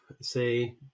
say